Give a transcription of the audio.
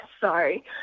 Sorry